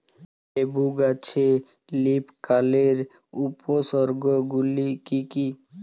লেবু গাছে লীফকার্লের উপসর্গ গুলি কি কী?